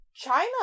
China